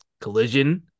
Collision